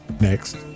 next